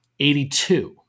82